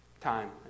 time